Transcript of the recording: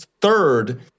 third